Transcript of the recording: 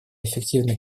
эффективный